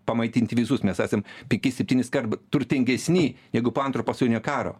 pamaitint visus mes esam penkis septyniskart turtingesni jeigu po antro pasaulinio karo